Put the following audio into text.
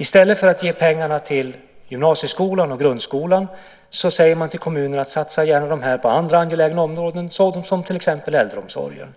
I stället för att ge pengarna till gymnasieskolan och grundskolan säger man till kommunerna att satsa dem på andra angelägna områden som till exempel äldreomsorgen.